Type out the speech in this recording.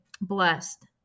blessed